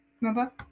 Remember